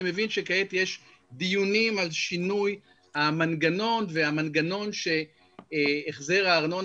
אני מבין שכעת יש דיונים על שינוי המנגנון והמנגנון של החזר הארנונה